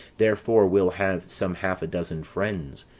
therefore we'll have some half a dozen friends,